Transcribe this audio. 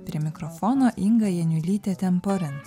prie mikrofono inga janiulytė temporin